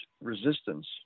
resistance